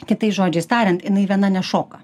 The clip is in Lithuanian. kitais žodžiais tariant jinai viena nešoka